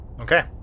Okay